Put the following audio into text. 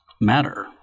matter